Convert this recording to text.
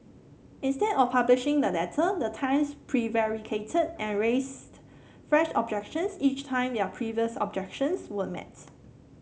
instead of publishing the letter the Times prevaricated and raised fresh objections each time their previous objections were met